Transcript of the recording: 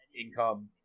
income